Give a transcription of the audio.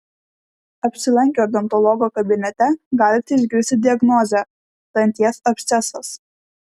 apsilankę odontologo kabinete galite išgirsti diagnozę danties abscesas